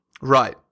Right